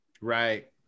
Right